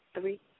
three